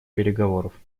переговоров